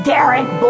Derek